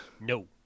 No